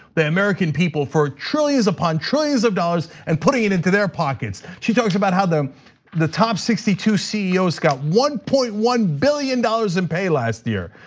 the american people for trillions upon trillions of dollars and putting it into their pockets. she talks about how the the top sixty two ceos got one point one billion dollars in pay last year.